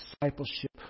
discipleship